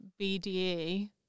BDE